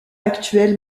actuel